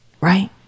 right